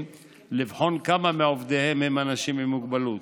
לבחון כמה מעובדיהם הם אנשים עם מוגבלות,